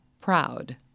proud